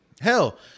Hell